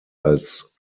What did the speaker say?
als